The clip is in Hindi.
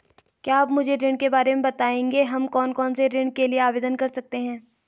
क्या आप मुझे ऋण के बारे में बताएँगे हम कौन कौनसे ऋण के लिए आवेदन कर सकते हैं?